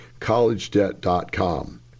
collegedebt.com